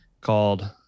called